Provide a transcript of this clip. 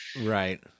Right